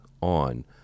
on